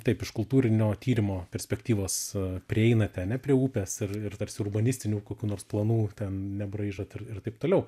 taip iš kultūrinio tyrimo perspektyvos prieinate ane prie upės ir ir tarsi urbanistinių kokių nors planų ten nebraižot ir ir taip toliau